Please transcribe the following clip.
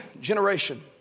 generation